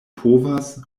povas